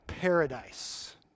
paradise